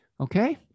Okay